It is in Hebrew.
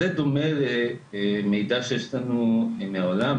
זה דומה למידע שיש לנו מהעולם,